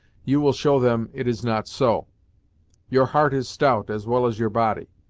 you will show them it is not so your heart is stout, as well as your body.